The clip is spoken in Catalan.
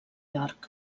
york